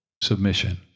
submission